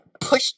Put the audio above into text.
push